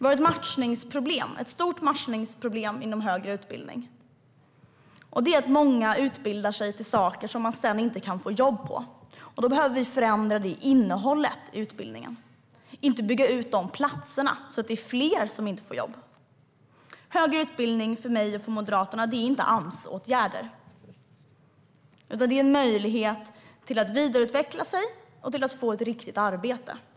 Vi har ett stort matchningsproblem inom högre utbildning. Det handlar om att många utbildar sig inom sådana områden där de sedan inte kan få jobb. Då behöver vi förändra innehållet i utbildningen och inte bygga ut antalet platser, så att det blir fler som inte får jobb. Högre utbildning är för mig och Moderaterna inte Amsåtgärder, utan det är möjligheten att vidareutvecklas och få ett riktigt arbete.